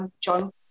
John